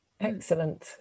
Excellent